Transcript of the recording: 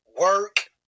work